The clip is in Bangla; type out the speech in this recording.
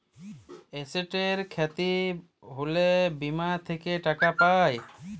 এসেটের খ্যতি হ্যলে বীমা থ্যাকে টাকা পাই